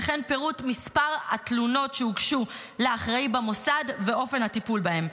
וכן פירוט מספר התלונות שהוגשו לאחראי במוסד ואופן הטיפול בהן.